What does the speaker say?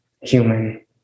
human